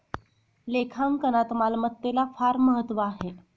लेखांकनात मालमत्तेला फार महत्त्व आहे